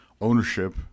ownership